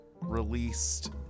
Released